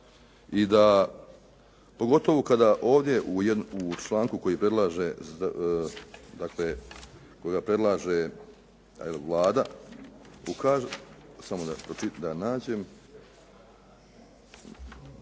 i da pogotovo kada ovdje u članku koji predlaže, dakle kojega predlaže